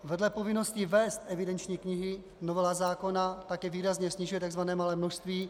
Vedle povinnosti vést evidenční knihy novela zákona také výrazně snižuje takzvané malé množství.